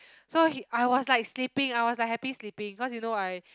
so I was like sleeping I was like happy sleeping cause you know I